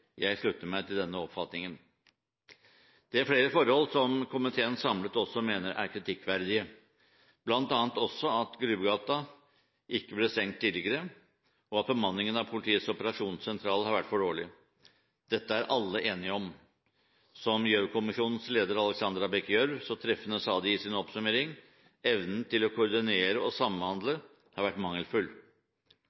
denne oppfatningen. Det er flere forhold som en samlet komité mener er kritikkverdige, bl.a. også at Grubbegata ikke ble stengt tidligere, og at bemanningen ved politiets operasjonssentraler har vært for dårlig. Dette er alle enige om. Som Gjørv-kommisjonens leder Alexandra Bech Gjørv så treffende sa det i sin oppsummering: «Evnen til å koordinere og samhandle